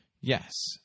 Yes